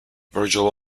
virgil